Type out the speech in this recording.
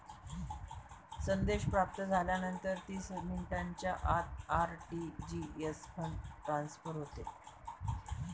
संदेश प्राप्त झाल्यानंतर तीस मिनिटांच्या आत आर.टी.जी.एस फंड ट्रान्सफर होते